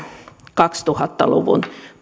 kaksituhatta luvun